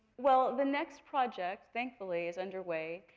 well the next project, thankfully, is underway.